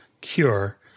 cure